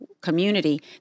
community